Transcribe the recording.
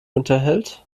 unterhält